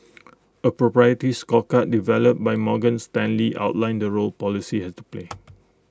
A proprietary scorecard developed by Morgan Stanley outlines the role policy has to play